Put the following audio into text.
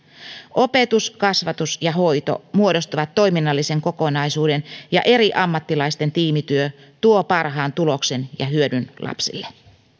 opetus kasvatus ja hoito muodostavat toiminnallisen kokonaisuuden ja eri ammattilaisten tiimityö tuo parhaan tuloksen ja hyödyn lapsille